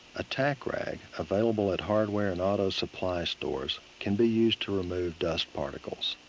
a tack rag available at hardware and auto supply stores can be used to remove dust particles.